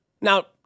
Now